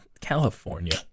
California